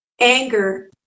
anger